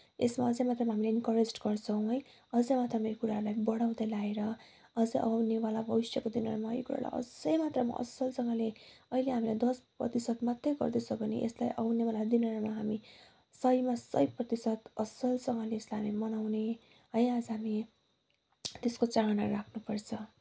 यसमा अझै मात्रामा हामीले इन्करेज गर्छौँ है अझै मात्रामा यो कुराहरूलाई बढाउँदै लिएर अझै आउने भविष्यको दिनहरूमा यो कुरालाई अझै मात्रामा असलसँगले अहिले हामीले दस प्रतिशत मात्रै गर्दैछौँ यसलाई आउनेवाला दिनहरूमा हामी सयमा सय प्रतिशत असलसँगले यसलाई हामी मनाउने है अझै हामी त्यसको चाहना राख्नपर्छ